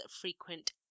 frequent